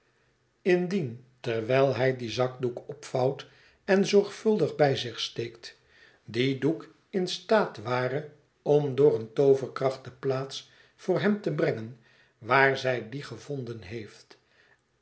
indien terwijl hij dien zakdoek opvouwt en zorgvuldig bij zich steekt die doek in staat ware om door eene tooverkracht de plaats voor hem te brengen waar zij dien gevonden heeft